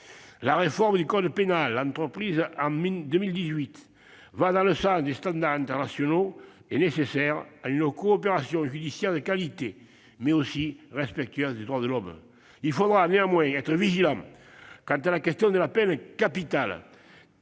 la réforme du code pénal entreprise en 2018 va dans le sens des standards internationaux. Elle est nécessaire à une coopération judiciaire de qualité, mais aussi respectueuse des droits de l'homme. Il faudra néanmoins être vigilant sur la question de la peine capitale,